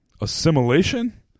Assimilation